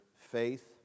faith